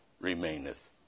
remaineth